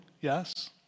yes